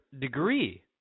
degree